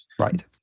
Right